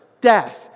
death